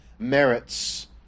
merits